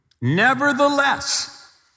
Nevertheless